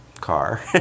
car